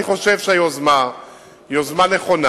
אני חושב שהיוזמה היא יוזמה נכונה,